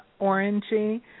orangey